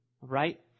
right